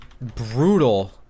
brutal –